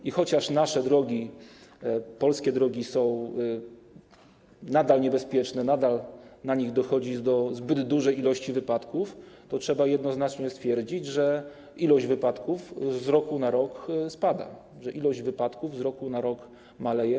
I chociaż nasze drogi, polskie drogi są nadal niebezpieczne, nadal na nich dochodzi do zbyt dużej liczby wypadków, to trzeba jednoznacznie stwierdzić, że liczba wypadków z roku na rok spada, że liczba wypadków z roku na rok maleje.